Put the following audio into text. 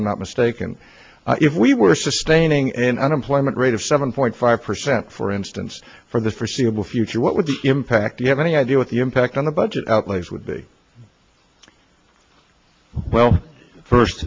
i'm not mistaken if we were sustaining an unemployment rate of seven point five percent for instance for the forseeable future what would be the impact you have any idea what the impact on the budget outlays would be well first